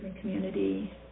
community